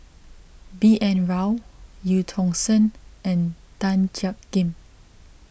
B N Rao Eu Tong Sen and Tan Jiak Kim